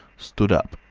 stood up,